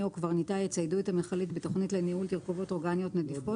או קברניטה יציידו את המכלית בתכנית לניהול תרכובות אורגניות נדיפות